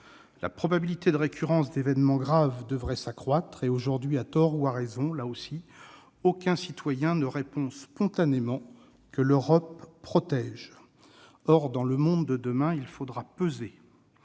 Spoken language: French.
La probabilité de récurrence d'événements graves devrait s'accroître et aujourd'hui, à tort ou à raison, là aussi, aucun citoyen ne répond spontanément que l'Europe protège. Or, dans le monde de demain, il faudra peser.